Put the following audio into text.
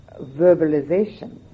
verbalization